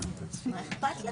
מה שאנחנו